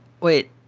Wait